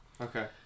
Okay